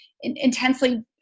intensely